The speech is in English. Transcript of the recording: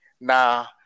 Now